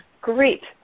Great